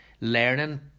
learning